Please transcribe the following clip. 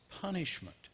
punishment